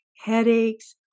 headaches